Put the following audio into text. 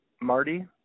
Marty